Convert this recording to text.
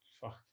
fuck